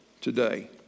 today